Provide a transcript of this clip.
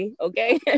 Okay